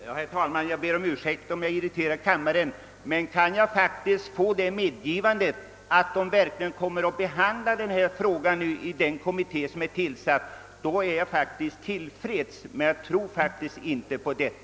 Herr talman! Jag ber om ursäkt om jag irriterar kammaren. Om jag kan få en försäkran att denna fråga verkligen kommer att behandlas i den kommitté som är tillsatt är jag till freds, men jag tror faktiskt inte på det.